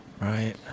Right